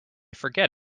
forget